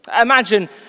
Imagine